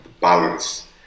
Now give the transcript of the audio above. balance